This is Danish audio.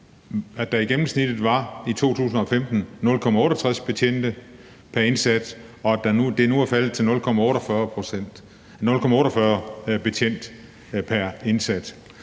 at der i gennemsnit i 2015 var 0,68 betjente pr. indsat, og at det nu er faldet til 0,48 betjente pr. indsat.